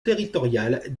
territoriale